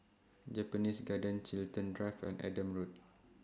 Japanese Garden Chiltern Drive and Adam Road